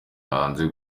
hanze